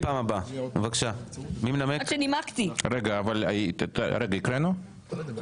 בעד, 3 נגד, 7 נמנעים, אין לא אושר.